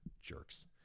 Jerks